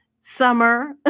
summer